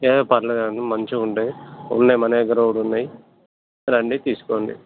ఏం పర్లేదండి మంచిగుంటాయి ఉన్నాయి మన దగ్గర కూడా ఉన్నాయి రండి తీసుకోండి